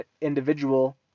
individual